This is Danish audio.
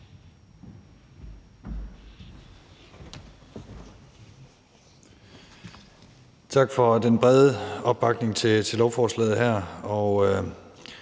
Tak for den brede opbakning til lovforslaget. Der